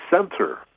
center